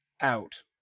out